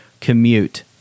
commute